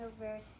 over